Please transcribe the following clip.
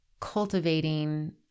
cultivating